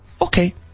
Okay